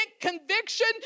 conviction